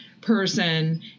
person